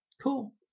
cool